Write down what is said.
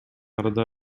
арада